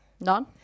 None